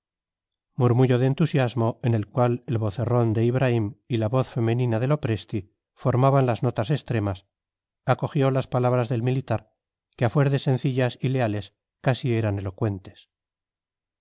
me conserve murmullo de entusiasmo en el cual el vocerrón de ibraim y la voz femenina de lopresti formaban las notas extremas acogió las palabras del militar que a fuer de sencillas y leales casi eran elocuentes